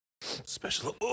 Special